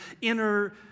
inner